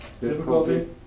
Difficulty